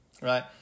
Right